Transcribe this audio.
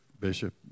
Bishop